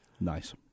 nice